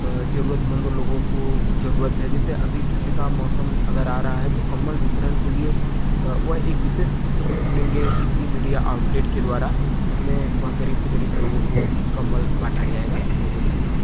जरूरतमंद लोगों को जरूरत है जैसे अभी ठंड का मौसम अगर आ रहा है तो कंबल वितरण के लिए वह एक विशेष क्षेत्र को चुनेंगे इसी मीडिया आउटलेट के द्वारा इसमें वह गरीब से गरीब लोगों को कंबल बांटा जाएगा बहोत बहोत धन्यवाद